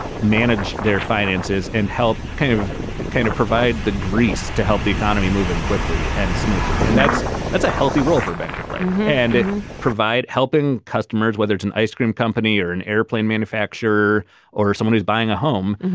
manage their finances and help kind of kind of provide the grease to help the economy moving quickly and smoothly. and that's that's a healthy role for bank to play and and provide. helping customers, whether it's an ice cream company or an airplane manufacturer or someone who's buying a home,